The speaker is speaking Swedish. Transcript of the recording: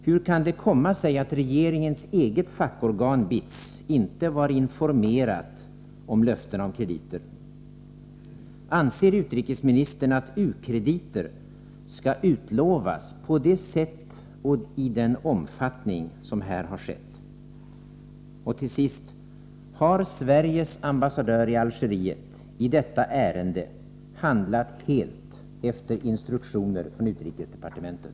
Hur kan det komma sig att regeringens eget fackorgan, BITS, inte var informerat om löftena om krediter? Anser utrikesministern att u-krediter skall utlovas på det sätt och i den omfattning som här har skett? Till sist: Har Sveriges ambassadör i Algeriet i detta ärende handlat helt efter instruktioner från utrikesdepartementet?